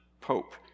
Pope